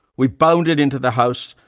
we bounded into the house,